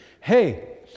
hey